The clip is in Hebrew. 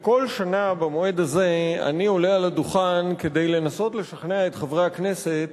בכל שנה במועד הזה אני עולה על הדוכן כדי לנסות לשכנע את חברי הכנסת